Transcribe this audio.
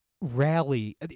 rally